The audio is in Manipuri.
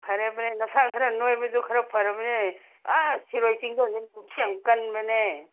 ꯐꯔꯦ ꯐꯔꯦ ꯅꯁꯥ ꯈꯔ ꯅꯣꯏꯕꯗꯨ ꯈꯔ ꯐꯔꯕꯅꯦ ꯑꯥ ꯁꯤꯔꯣꯏ ꯆꯤꯡꯗꯣꯟꯗꯤ ꯅꯨꯡꯁꯤꯠ ꯌꯥꯝ ꯀꯟꯕꯅꯦ